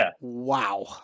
wow